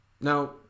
Now